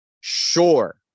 sure